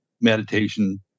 meditation